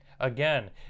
Again